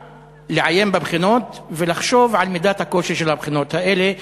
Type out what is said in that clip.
לעיין בבחינות ולחשוב על מידת הקושי של הבחינות האלה.